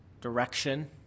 direction